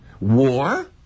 war